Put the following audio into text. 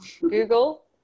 Google